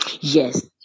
yes